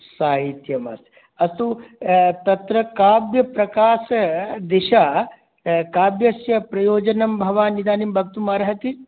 साहित्यमस्ति अस्तु तत्र काव्यप्रकाशदिशा काव्यस्य प्रयोजनं भवान् इदानीं वक्तुमर्हति